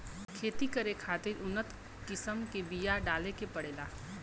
खेती करे खातिर उन्नत किसम के बिया डाले के पड़ेला